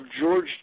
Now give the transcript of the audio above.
George